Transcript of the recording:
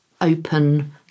open